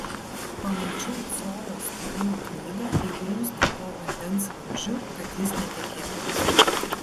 pamačiau colio storumo knygą įgrūstą po vandens vamzdžiu kad jis netekėtų